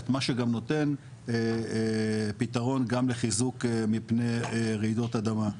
את מה שגם נותן פתרון גם לחיזוק מפני רעידות אדמה.